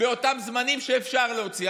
באותם זמנים שאפשר להוציא?